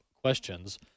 questions